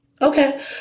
Okay